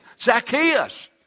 Zacchaeus